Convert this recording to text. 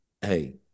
hey